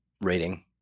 rating